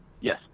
Yes